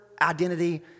identity